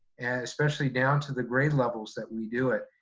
especially down to the grade levels that we do it.